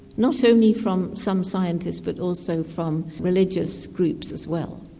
not only from some scientists but also from religious groups as well.